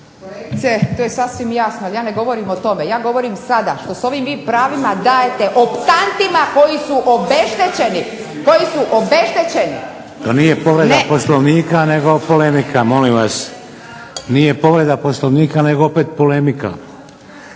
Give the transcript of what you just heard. To nije povreda Poslovnika nego polemika, molim vas. Nije povreda POslovnika nego opet polemika.